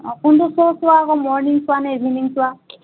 অ' কোনটো শ্ব' চোৱা আকৌ মৰ্ণিং চোৱা নে ইভিনিং চোৱা